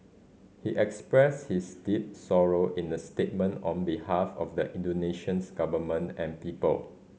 he expressed his deep sorrow in a statement on behalf of the Indonesians government and people